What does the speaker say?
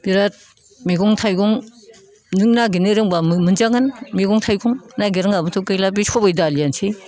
बिराद मैगं थाइगं नों नागिरनो रोंब्ला मोनजागोन मैगं थाइगं नागिरनो रोङाब्लाथ' गैला बे सबाय दालियानोसै